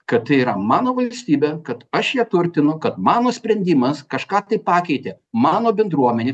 kad tai yra mano valstybė kad aš ją turtinu kad mano sprendimas kažką tai pakeitė mano bendruomenei